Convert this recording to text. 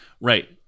Right